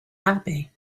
happy